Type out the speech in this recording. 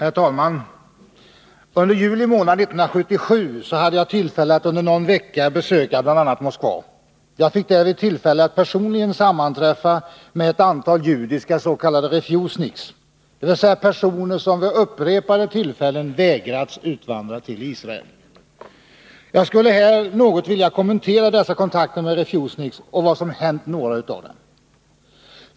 Herr talman! Under juli månad 1977 hade jag tillfälle att under någon vecka besöka bl.a. Moskva. Jag fick därvid tillfälle att personligen sammanträffa med ett antal judiska s.k. refuseniks, dvs. personer som vid upprepade tillfällen vägrats utvandra till Israel. Jag skulle här något vilja kommentera dessa kontakter med refuseniks och vad som sedan hänt några av dem.